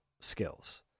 skills